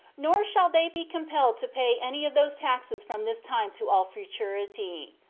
nor shall they be compelled to pay any of those taxes from this time to all futurity.